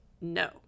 no